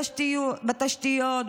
בתשתיות,